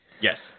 Yes